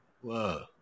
whoa